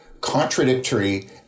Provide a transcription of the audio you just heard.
contradictory